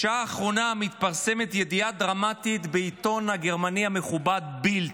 בשעה האחרונה מתפרסמת ידיעה דרמטית בעיתון הגרמני המכובד בילד,